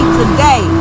today